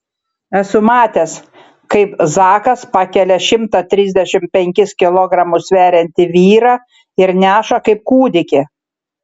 esu matęs kaip zakas pakelia šimtą trisdešimt penkis kilogramus sveriantį vyrą ir neša kaip kūdikį